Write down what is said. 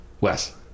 Wes